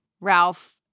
Ralph